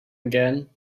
again